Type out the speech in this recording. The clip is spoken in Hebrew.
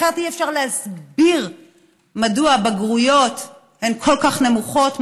אחרת אי-אפשר להסביר מדוע הבגרויות הן כל כך נמוכות,